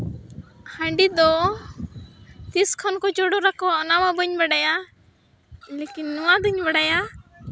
ᱦᱟᱺᱰᱤ ᱫᱚ ᱛᱤᱥ ᱠᱷᱚᱱ ᱠᱚ ᱪᱚᱰᱚᱨᱟᱠᱚᱣᱟ ᱚᱱᱟ ᱢᱟ ᱵᱟᱹᱧ ᱵᱟᱰᱟᱭᱟ ᱞᱮᱠᱤᱱ ᱱᱚᱣᱟ ᱫᱚᱧ ᱵᱟᱲᱟᱭᱟ